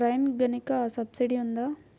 Rain గన్కి subsidy ఉందా?